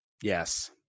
Yes